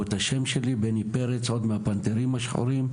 או את השם שלי בני פרץ עוד מהפנתרים השחורים,